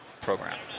program